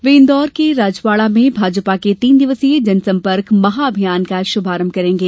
वे इंदौर के राजवाड़ा में भाजपा के तीन दिवसीय जनसंपर्क महाअभियान का शुभारंभ करेंगे